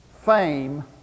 fame